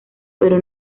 pero